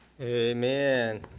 Amen